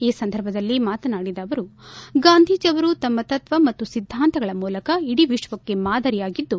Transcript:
ಈ ಸಂದರ್ಭದಲ್ಲಿ ಮಾತನಾಡಿದ ಅವರು ಗಾಂಧೀಜಿಯವರು ತಮ್ಮ ತತ್ವ ಮತ್ತು ಸಿದ್ದಾಂತಗಳ ಮೂಲಕ ಇಡೀ ವಿಶ್ವಕ್ಷೇ ಮಾದರಿಯಾಗಿದ್ದು